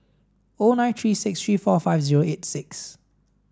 O nine three six three four five zero eight six